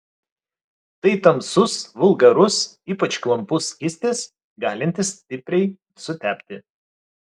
tai tamsus vulgarus ypač klampus skystis galintis stipriai sutepti